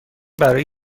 برای